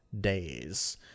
days